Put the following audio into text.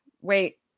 wait